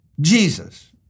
Jesus